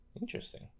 Interesting